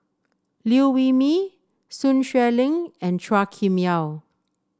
Liew Wee Mee Sun Xueling and Chua Kim Yeow